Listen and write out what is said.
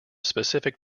specific